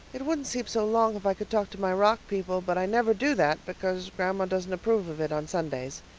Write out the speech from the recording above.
it wouldn't seem so long if i could talk to my rock people but i never do that because grandma doesn't approve of it on sundays.